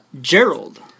Gerald